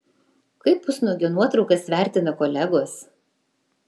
kaip pusnuogio nuotraukas vertina kolegos